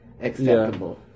acceptable